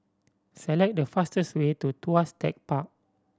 select the fastest way to Tuas Tech Park